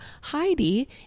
Heidi